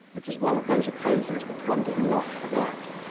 it is one of those occasions which one does not forget.